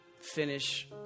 finish